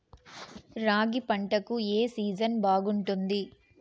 రాగి పంటకు, ఏ సీజన్ బాగుంటుంది?